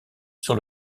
sur